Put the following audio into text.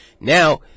Now